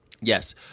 yes